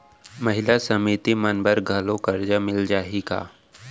महिला समिति मन बर घलो करजा मिले जाही का?